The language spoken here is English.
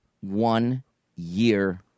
one-year